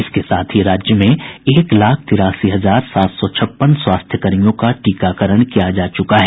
इसके साथ ही राज्य में एक लाख तिरासी हजार सात सौ छप्पन स्वास्थ्यकर्मियों का टीकाकरण किया जा चुका है